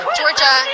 Georgia